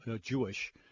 Jewish